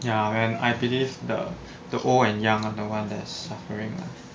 ya and I I believe the the old and young are the one that's suffering ah